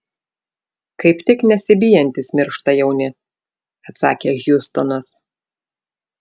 kaip tik nesibijantys miršta jauni atsakė hjustonas